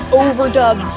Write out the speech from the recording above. overdub